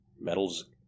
Metals